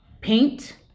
paint